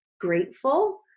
grateful